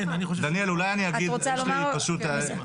את רוצה לומר משהו?